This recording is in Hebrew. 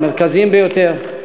המרכזיים ביותר.